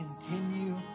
continue